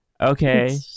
Okay